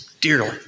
dearly